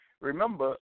Remember